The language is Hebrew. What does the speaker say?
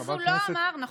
אז הוא לא אמר, חשבתי שראית.